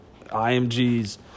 IMG's